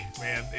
man